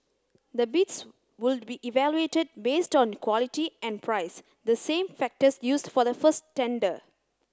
the bids would be evaluated based on quality and price the same factors used for the first tender